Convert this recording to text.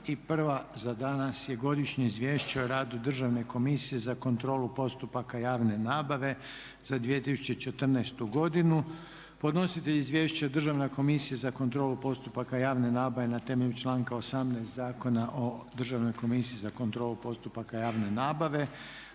Sljedeća točka je Godišnje izvješće o radu Državne komisije za kontrolu postupaka javne nabave za 2014. godinu. Podnositelj izvješća Državna komisija za kontrolu postupaka javne nabave. Rasprava je zaključena. Sukladno prijedlogu Odbora za gospodarstvo dajem